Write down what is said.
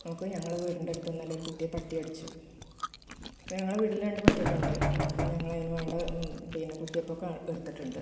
നോക്കു ഞങ്ങളുടെ വീടിന്റെ അടുത്ത് ഇന്നലെ ഒരു കുട്ടിയെ പട്ടികടിച്ചു അപ്പോൾ ഞങ്ങളുടെ വീട്ടില് രണ്ടു പട്ടിയൊക്കെ ഉണ്ട് ഞങ്ങൾ അതിന് വേണ്ട പിന്നെ കുത്തിവെപ്പൊക്കെ എടുത്തിട്ടുണ്ട്